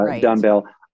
dumbbell